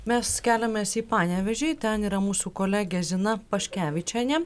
mes keliames į panevėžį ten yra mūsų kolegė zina paškevičienė